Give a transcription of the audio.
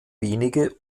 wenige